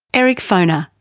eric foner,